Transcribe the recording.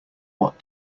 what